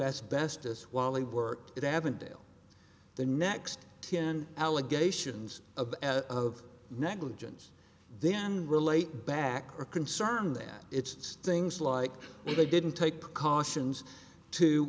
asbestos while he worked at avondale the next ten allegations of negligence then relate back are concerned that it's things like if they didn't take precautions to